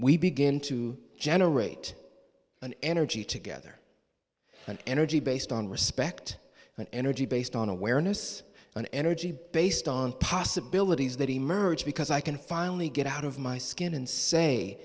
we begin to generate an energy together an energy based on respect an energy based on awareness an energy based on possibilities that emerge because i can finally get out of my skin and say